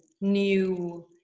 new